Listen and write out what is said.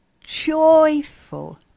joyful